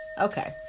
okay